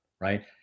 right